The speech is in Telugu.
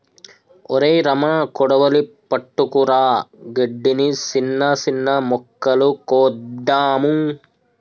ఒరై రమణ కొడవలి పట్టుకురా గడ్డిని, సిన్న సిన్న మొక్కలు కోద్దాము